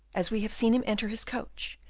as we have seen him enter his coach,